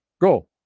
go